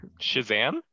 Shazam